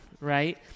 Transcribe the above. right